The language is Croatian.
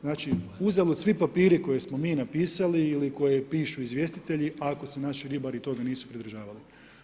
Znači uzalud svi papiri koje smo mi napisali ili koje pišu izvjestitelji, ako se naši ribari toga nisu pridržavaju.